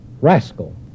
rascal